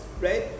right